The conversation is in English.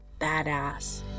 badass